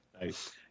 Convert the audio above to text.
Nice